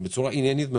בצורה עניינית.